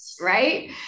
right